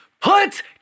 put